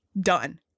Done